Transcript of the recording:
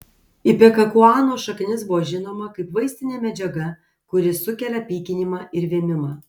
ipekakuanos šaknis buvo žinoma kaip vaistinė medžiaga kuri sukelia pykinimą ir vėmimą